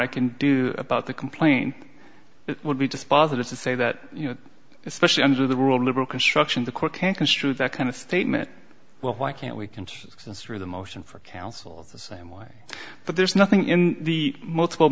i can do about the complaint would be dispositive to say that you know especially under the rule liberal construction the court can construe that kind of statement well why can't we can construe the motion for counsel the same way but there's nothing in the multiple